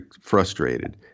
frustrated